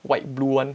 white blue one